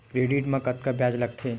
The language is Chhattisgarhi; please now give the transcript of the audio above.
क्रेडिट मा कतका ब्याज लगथे?